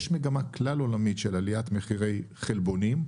יש מגמה כלל עולמית של עליית מחירי חלבונים,